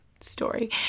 story